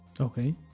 Okay